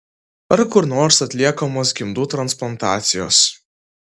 ar kur nors atliekamos gimdų transplantacijos